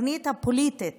בתוכנית הפוליטית